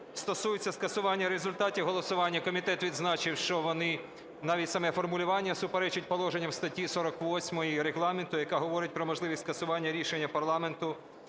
стосуються скасування результатів голосування, комітет відзначив, що вони, навіть саме формулювання суперечить положенням статті 48 Регламенту, яка говорить про можливість скасування рішення парламенту,